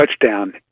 touchdown